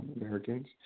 Americans